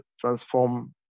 transform